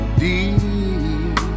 deep